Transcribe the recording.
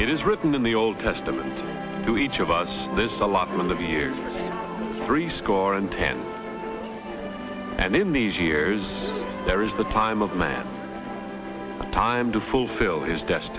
it is written in the old testament to each of us this allotment of years threescore and ten and in these years there is the time of man a time to fulfill his des